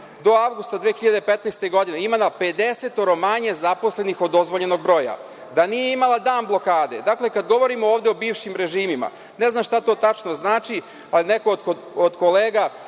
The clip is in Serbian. do avgusta 2015. godine imala je pedesetoro manje zaposlenih od dozvoljenog broja, da nije imala dan blokade. Kada govorimo ovde o bivšim režimima, ne znam šta to tačno znači, pa neko od kolega